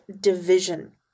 division